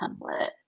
template